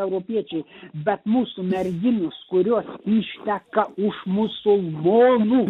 europiečiai bet mūsų merginos kurios išteka už musulmonų